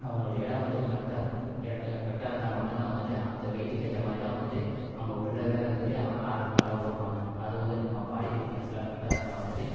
அவங்களுடைய எடை வந்துகிட்டு கரெக்டாக இருக்கணும் கரெக்டாக கரெக்டாக இருந்தால் மட்டுந்தான் வந்துகிட்டு அந்த வெயிட்டுக்கு ஏற்ற மாதிரி தான் வந்துகிட்டு அவங்க உள்ளவே வந்துகிட்டு அவங்க ஆடுறதுக்கு அலோவ் பண்ணுவாங்கள் அது வந்து நம்ம பாடி ஃபிட்னஸ்லாம் கரெக்டாக இருந்தால் வந்துகிட்டு